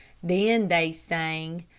then they sang,